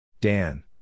Dan